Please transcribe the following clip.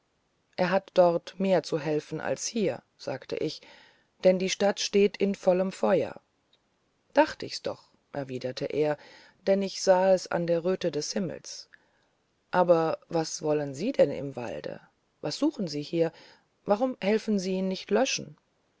er hat dort mehr zu helfen als hier sagte ich denn die stadt ist in vollem feuer dachte ich's doch erwiderte er denn ich sah es an der röte des himmels aber was wollen denn sie im walde was suchen sie hier warum helfen sie nicht löschen